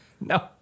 No